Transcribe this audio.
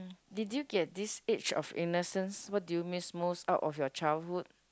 did you get this age of innocence what do you miss most out of your childhood